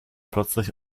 plötzlich